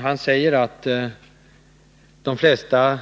Han säger att de flesta nog